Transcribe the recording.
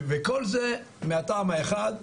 וכל זה מהטעם האחד,